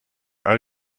all